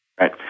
Right